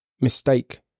mistake